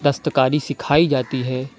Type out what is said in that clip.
دستکاری سکھائی جاتی ہے